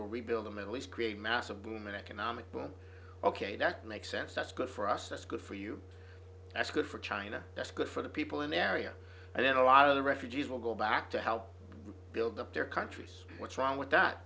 will rebuild the middle east create a massive boom an economic boom ok that makes sense that's good for us that's good for you that's good for china that's good for the people in the area and in a lot of the refugees will go back to help build up their countries what's wrong with that